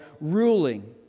ruling